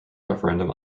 referendum